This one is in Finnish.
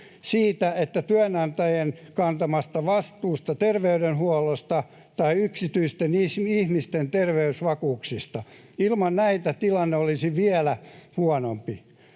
tilanne johdu työnantajien kantamasta vastuusta, työterveyshuollosta tai yksityisten ihmisten terveysvakuutuksista. Ilman näitä tilanne olisi vielä huonompi.